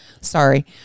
Sorry